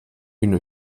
une